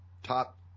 top